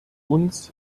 uns